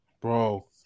bro